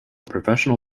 professional